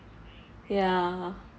ya